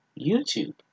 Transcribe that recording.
YouTube